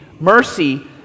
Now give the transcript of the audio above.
mercy